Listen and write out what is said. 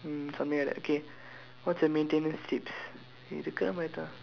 mm something like that okay what's your maintenance tips இருக்குற மாதிரிதான்:irukkura maathirithaan